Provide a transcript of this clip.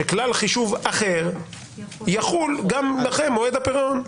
שכלל חישוב אחר יחול גם אחרי מועד הפירעון.